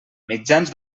mitjans